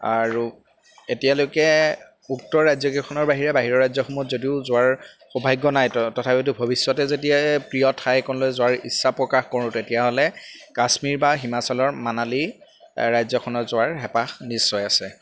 আৰু এতিয়ালৈকে উক্ত ৰাজ্যকেইখনৰ বাহিৰে বাহিৰৰ ৰাজ্যসমূহত যদিও যোৱাৰ সৌভাগ্য নাই ত তথাপিতো ভৱিষ্যতে যদি প্ৰিয় ঠাই এখনলৈ যোৱাৰ ইচ্ছা প্ৰকাশ কৰোঁ তেতিয়াহ'লে কাশ্মীৰ বা হিমাচলৰ মানালী ৰাজ্যখনত যোৱাৰ হেপাহ নিশ্চয় আছে